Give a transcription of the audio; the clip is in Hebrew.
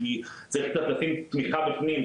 כי צריך תמיכה בפנים,